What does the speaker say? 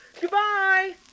Goodbye